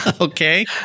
Okay